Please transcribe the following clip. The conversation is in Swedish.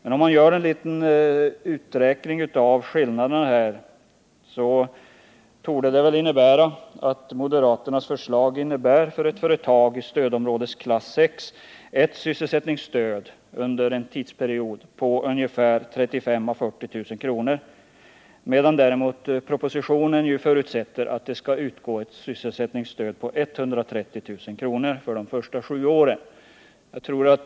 Men om man gör en liten uträkning av skillnaderna, finner man att moderaternas förslag för ett företag i stödområdesklass 6 innebär ett sysselsättningsstöd under en viss tidsperiod på ungefär 35-40 000 kr., medan däremot propositionen förutsätter att det skall utgå ett sysselsättningsstöd på 130 000 kr. för de första sju åren.